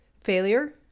failure